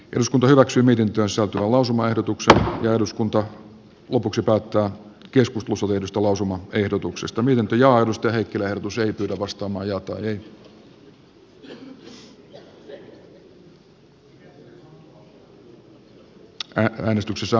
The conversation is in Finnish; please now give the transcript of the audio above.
eduskunta edellyttää että hallitus ryhtyy voimallisesti vähentämään sekä eusta peräisin olevaa sääntelyä että viljelijöiden byrokratiataakkaa